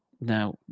now